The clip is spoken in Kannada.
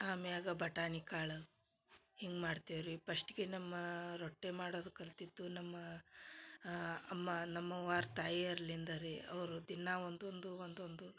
ಆಮ್ಯಾಗ ಬಟಾಣಿ ಕಾಳು ಹಿಂಗ ಮಾಡ್ತೇವಿ ರೀ ಪಶ್ಟ್ಗೆ ನಮ್ಮ ರೊಟ್ಟಿ ಮಾಡೋದು ಕಲ್ತಿದ್ದು ನಮ್ಮ ಅಮ್ಮ ನಮ್ಮವರ ತಾಯಿ ಅಲ್ಲಿಂದ ರೀ ಅವರು ದಿನ ಒಂದೊಂದು ಒಂದೊಂದು